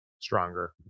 stronger